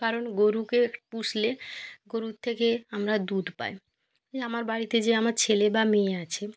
কারণ গরুকে পুষলে গরুর থেকে আমরা দুধ পাই আমার বাড়িতে যে আমার ছেলে বা মেয়ে আছে